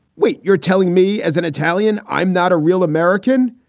wait, you're telling me as an italian, i'm not a real american.